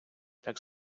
так